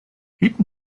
hit